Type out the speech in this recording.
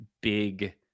big